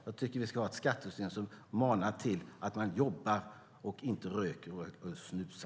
Jag tycker att vi ska ha ett skattesystem som manar till att jobba, inte röka och snusa.